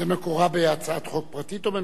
מקורה בהצעת חוק פרטית או ממשלתית?